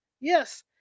Yes